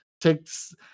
takes